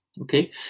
Okay